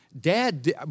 Dad